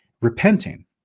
repenting